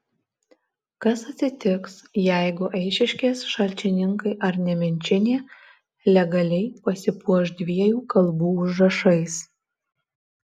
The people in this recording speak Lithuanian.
kas atsitiks jeigu eišiškės šalčininkai ar nemenčinė legaliai pasipuoš dviejų kalbų užrašais